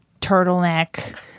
turtleneck